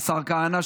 השר כהנא,